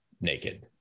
naked